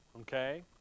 Okay